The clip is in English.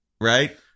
right